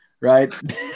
right